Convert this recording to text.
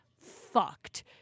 fucked